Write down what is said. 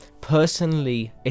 Personally